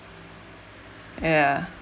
ya